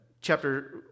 chapter